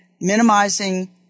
minimizing